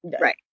Right